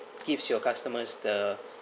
gives your customers the